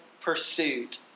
pursuit